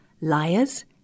liars